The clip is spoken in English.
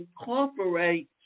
incorporate